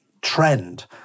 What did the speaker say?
trend